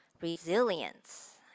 resilience